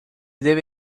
deve